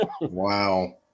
Wow